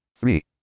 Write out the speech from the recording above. Three